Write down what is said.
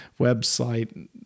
website